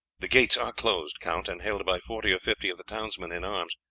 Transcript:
the gates are closed, count, and held by forty or fifty of the townsmen in arms,